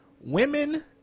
women